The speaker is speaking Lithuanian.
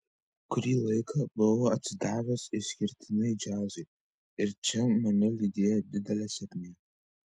kurį laiką buvau atsidavęs išskirtinai džiazui ir čia mane lydėjo didelė sėkmė